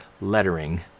lettering